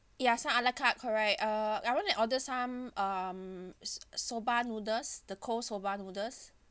ya some a la carte correct uh I want to order some um s~ soba noodles the cold soba noodles